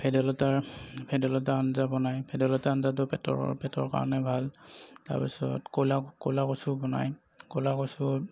ভেদাইলতা ভেদাইলতা অঞ্জা বনায় ভেদাইলতাৰ আঞ্জাটো পেটৰ পেটঅ কাৰণে ভাল তাৰপাছত ক'লা ক'লা কচু বনাই ক'লা কচু